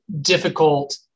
difficult